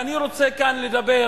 ואני רוצה לדבר